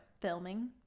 filming